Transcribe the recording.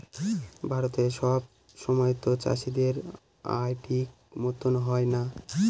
ভারতে সব সময়তো চাষীদের আয় ঠিক মতো হয় না